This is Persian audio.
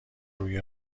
روی